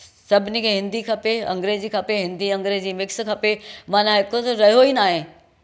सभिनी खे हिंदी खपे अंग्रेजी खपे हिंदी अंग्रेजी मिक्स खपे माना हिकु त रहियो ई न आहे